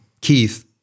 Keith